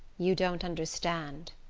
you don't understand,